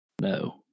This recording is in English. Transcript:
No